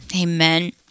amen